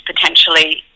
potentially